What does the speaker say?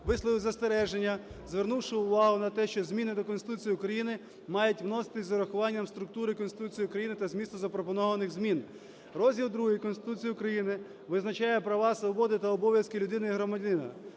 висловив застереження, звернувши увагу на те, що зміни до Конституції України мають вноситись з урахуванням структури Конституції України та змісту запропонованих змін. Розділ II Конституції України визначає права, свободи та обов'язки людини і громадянина.